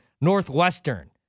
Northwestern